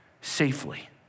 safely